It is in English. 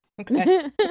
Okay